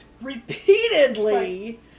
repeatedly